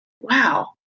wow